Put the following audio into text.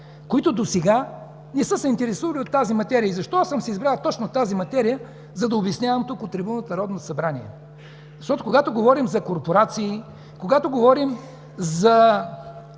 които досега не са се интересували от тази материя и защо аз съм си избрал точно тази материя, за да я обяснявам от трибуната на Народното събрание. Защото когато говорим за корпорации, за монополи, много